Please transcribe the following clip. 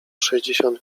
sześćdziesiąt